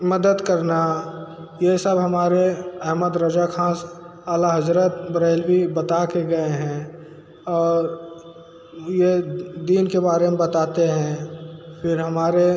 मदद करना ये सब हमारे अहेमद रज़ा ख़ान आला हज़रत बरैलवी बता के गए हैं और यह दीन के बारे में बताते हैं फिर हमारे